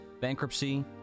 bankruptcy